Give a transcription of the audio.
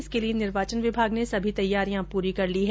इसके लिये निर्वाचन विभाग ने सभी तैयारियां पूरी कर ली है